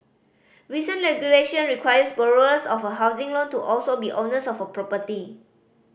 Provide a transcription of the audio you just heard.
recent regulation requires borrowers of a housing loan to also be owners of a property